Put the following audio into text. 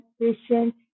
patient